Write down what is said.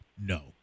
no